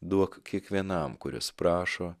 duok kiekvienam kuris prašo